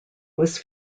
was